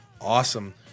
Awesome